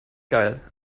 geil